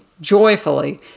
joyfully